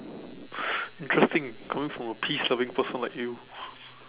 interesting coming from a peace loving person like you